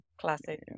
Classic